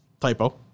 Typo